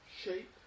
Shape